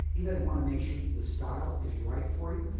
and i'd want to make sure that the style is right for you,